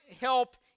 help